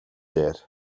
дээр